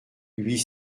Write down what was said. huit